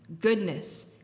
goodness